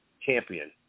champion